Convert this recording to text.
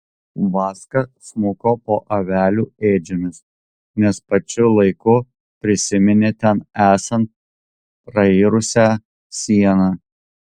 vaska smuko po avelių ėdžiomis nes pačiu laiku prisiminė ten esant prairusią sieną